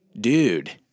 dude